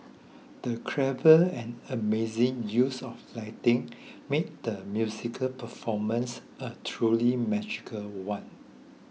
the clever and amazing use of lighting made the musical performance a truly magical one